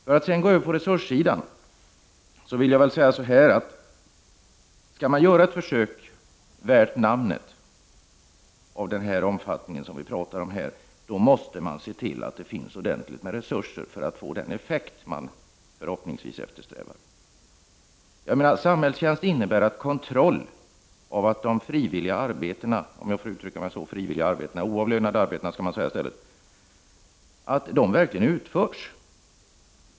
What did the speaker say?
Om man skall göra ett försök värt namnet, av den omfattning vi här pratar om, måste man se till att det finns ordentligt med resurser för att få den effekt man förhoppningsvis eftersträvar. Samhällstjänst innebär att det sker en kontroll av att de frivilliga arbetena — oavlönade arbeten skall man kanske säga — verkligen utförs.